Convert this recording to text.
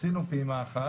עשינו פעימה אחת.